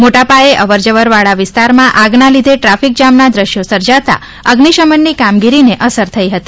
મોટા પાયે અવરજવવાળા વિસ્તારમાં આગના લીધે ટ્રાફિક જામનાં દ્રશ્યો સર્જાતા અગ્નિશમનની કામગીરીને અસર થઈ હતી